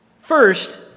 First